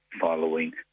following